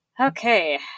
Okay